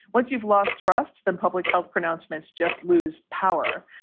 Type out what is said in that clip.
once you've lost trust, the public health pronouncements just lose power.